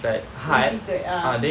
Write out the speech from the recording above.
difficult ah